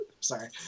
sorry